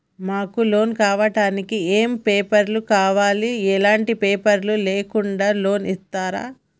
మాకు లోన్ కావడానికి ఏమేం పేపర్లు కావాలి ఎలాంటి పేపర్లు లేకుండా లోన్ ఇస్తరా?